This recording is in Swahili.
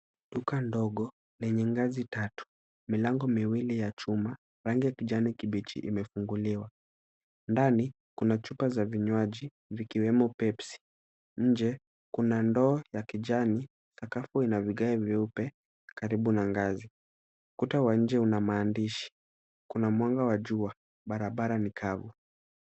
Duka ndogo lenye ngazi tatu, milango miwili ya chuma, rangi ya kijani kibichi imefunguliwa. Ndani kuna chupa za vinywaji vikiwemo Pepsi. Nje kuna ndoo ya kijani, sakafu ina vigae vyeupe karibu na ngazi. Kuta wa nje una maandishi. Kuna mwanga wa jua. Barabara ni kavu.